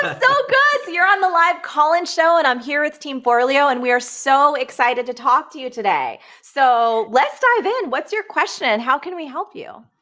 ah so good. you're on the live call in show and i'm here with team forleo, and we are so excited to talk to you today. so let's dive in. what's your question? and how can we help you?